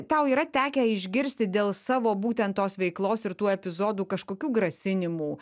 tau yra tekę išgirsti dėl savo būtent tos veiklos ir tų epizodų kažkokių grasinimų